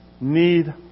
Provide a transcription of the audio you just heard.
need